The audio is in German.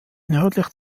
nördlich